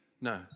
No